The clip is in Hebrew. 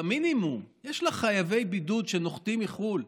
במינימום, יש לך חייבי בידוד שנוחתים מחו"ל,